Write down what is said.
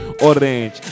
Orange